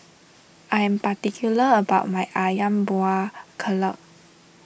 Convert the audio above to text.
I am particular about my Ayam Buah Keluak